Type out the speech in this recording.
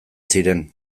ziren